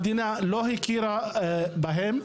המדינה לא הכירה בהם.